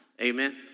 Amen